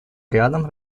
рядом